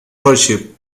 worship